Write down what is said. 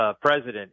President